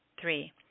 Three